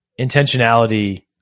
intentionality